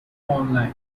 online